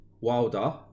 Wilder